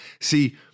see